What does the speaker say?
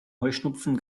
heuschnupfen